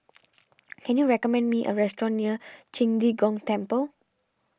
can you recommend me a restaurant near Qing De Gong Temple